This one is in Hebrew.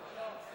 2015, לא נתקבלה.